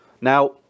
Now